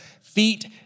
feet